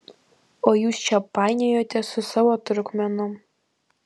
o jūs čia painiojatės su savo trupmenom